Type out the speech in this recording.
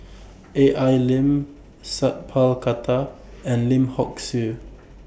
A L Lim Sat Pal Khattar and Lim Hock Siew